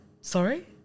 sorry